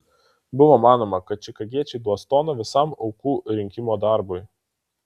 buvo manoma kad čikagiečiai duos toną visam aukų rinkimo darbui